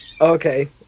okay